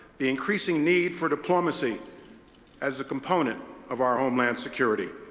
the increasing need for diplomacy as a component of our homeland security.